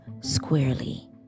squarely